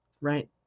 right